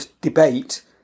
debate